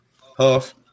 Huff